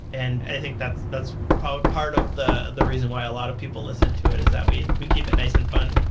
and i think that's that's part part of the the reason why a lot of people listen to it, is that we we keep it nice and fun.